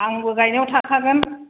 आंबो गायनायाव थाफागोन